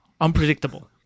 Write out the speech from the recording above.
Unpredictable